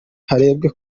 harebwe